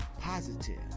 positive